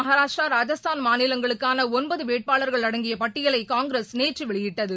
மகாராஷ்டிரா ராஜஸ்தான் மாநிலங்களுக்கான ஒன்பது வேட்பாளர்கள் அடங்கிய பட்டியலை காங்கிரஸ் நேற்று வெளியிட்டது